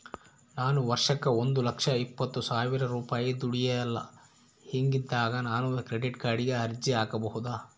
ನಾನು ವರ್ಷಕ್ಕ ಒಂದು ಲಕ್ಷ ಇಪ್ಪತ್ತು ಸಾವಿರ ರೂಪಾಯಿ ದುಡಿಯಲ್ಲ ಹಿಂಗಿದ್ದಾಗ ನಾನು ಕ್ರೆಡಿಟ್ ಕಾರ್ಡಿಗೆ ಅರ್ಜಿ ಹಾಕಬಹುದಾ?